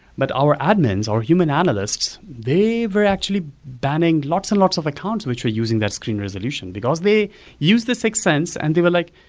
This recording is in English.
but our admins, our human analysts, they were actually banning lots and lots of accounts which are using that screen resolution because they use this sixth sense and they were like,